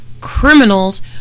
criminals